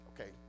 Okay